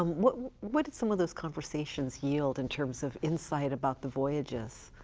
um what what did some of those conversations yield in terms of insight about the voyages?